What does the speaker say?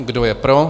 Kdo je pro?